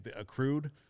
accrued